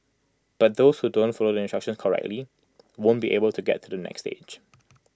but those who don't follow the instructions correctly won't be able to get to the next stage